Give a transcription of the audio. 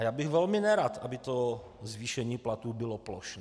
Já bych velmi nerad, aby to zvýšení platů bylo plošné.